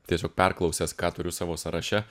tiesiog perklausęs ką turiu savo sąraše